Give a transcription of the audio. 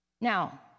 Now